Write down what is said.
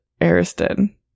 Ariston